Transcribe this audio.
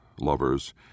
lovers